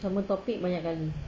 sama topic banyak kali